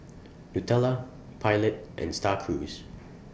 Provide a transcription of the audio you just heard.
Nutella Pilot and STAR Cruise